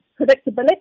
predictability